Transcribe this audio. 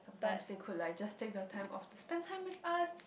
time they could like just take the time off spend time with us